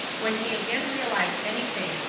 when he again realized anything,